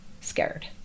scared